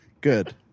Good